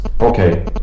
Okay